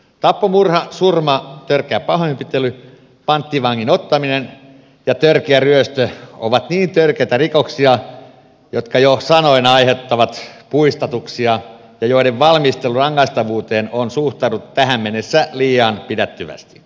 tappo murha surma törkeä pahoinpitely panttivangin ottaminen ja törkeä ryöstö ovat niin törkeitä rikoksia että ne jo sanoina aiheuttavat puistatuksia ja niiden valmistelun rangaistavuuteen on suhtauduttu tähän mennessä liian pidättyvästi